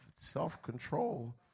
self-control